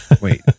Wait